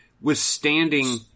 withstanding